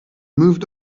moved